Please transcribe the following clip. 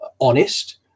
honest